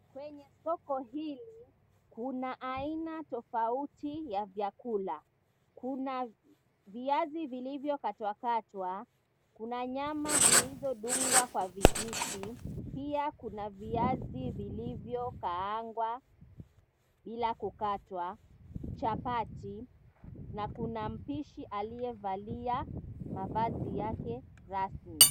Kwenye soko hili, kuna aina tofauti ya vyakula. Kuna viazi vilivyokatwakatwa, kuna nyama zilizodungwa kwa vijiti, pia kuna viazi vilivyokaangwa bila kukatwa, chapati na kuna mpishi aliyevalia mavazi yake rasmi.